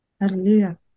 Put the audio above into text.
Hallelujah